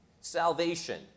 salvation